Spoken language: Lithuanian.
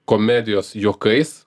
komedijos juokais